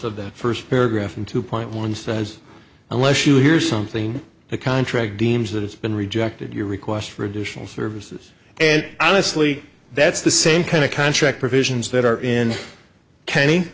the first paragraph and two point one says unless you hear something a contract deems that it's been rejected you request for additional services and honestly that's the same kind of contract provisions that are in kenny